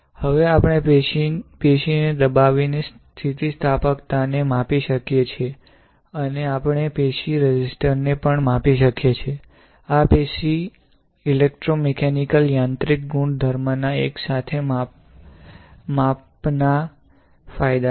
હવે આપણે પેશીને દબાવીને સ્થિતિસ્થાપકતાને માપી શકીએ છીએ અને આપણે પેશીના રેઝિસ્ટર ને પણ માપી શકીએ છીએ આ પેશીના ઇલેક્ટ્રોમિકેનિકલ યાંત્રિક ગુણધર્મોના એક સાથે માપનના ફાયદા છે